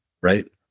Right